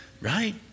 right